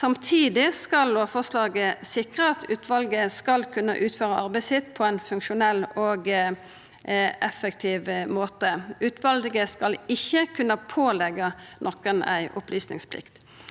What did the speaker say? Samtidig skal lovforslaget sikra at utvalet skal kunna utføra arbeidet sitt på ein funksjonell og effektiv måte. Utvalet skal ikkje kunna påleggja nokon ei opplysningsplikt.